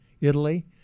Italy